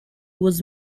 was